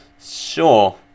Sure